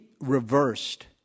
reversed